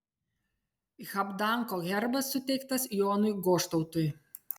habdanko herbas suteiktas jonui goštautui